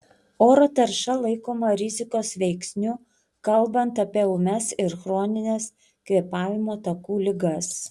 oro tarša laikoma rizikos veiksniu kalbant apie ūmias ir chronines kvėpavimo takų ligas